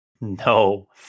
No